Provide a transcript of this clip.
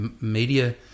media